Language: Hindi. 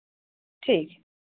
ठीक है